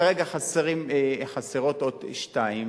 כרגע חסרות עוד שתיים.